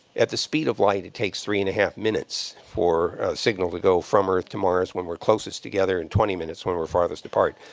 at the speed of light, it takes three and a half minutes for a signal to go from earth to mars when we're closest together and twenty minutes when we're farthest apart.